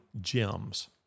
gems